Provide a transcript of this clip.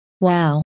Wow